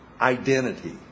identity